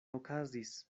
okazis